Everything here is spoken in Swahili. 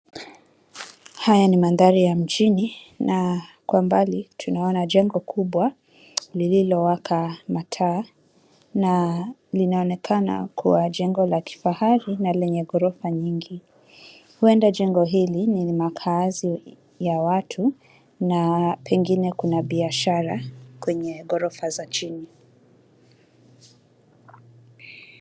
Haya ni mandhari ya mjini na kwa mbali tunaona jengo kubwa lililowaka mataa na linaonekana kuwa jengo la kifahari na lenye ghorofa nyingi. Huenda jengo hili ni makazi ya watu na pengine kuna biashara kwenye ghorofa za chini.